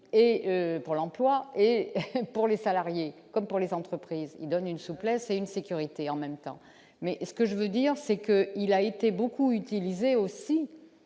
pour l'emploi et pour les salariés comme pour les entreprises qui donne une souplesse et une sécurité en même temps, mais ce que je veux dire c'est que il a été beaucoup utilisée aussi